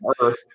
earth